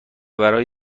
برای